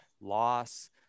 loss